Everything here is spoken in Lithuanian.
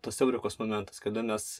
tos eurekos momentas kada mes